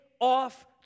off